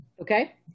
Okay